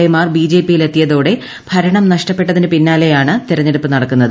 A മാർ ബിജെപിയിൽ എത്തിയതോടെ ഭരണം നഷ്ടപ്പെട്ടതിനു പിന്നാലെയാണ് തെരഞ്ഞെടുപ്പ് നടക്കുന്നത്